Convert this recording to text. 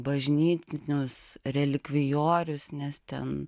bažnytinius relikvijorius nes ten